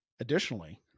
Additionally